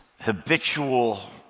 habitual